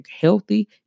healthy